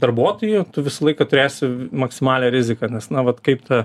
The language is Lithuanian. darbuotoju tu visą laiką turėsi maksimalią riziką nes na vat kaip ta